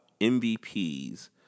MVPs